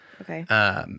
Okay